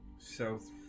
south